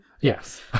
yes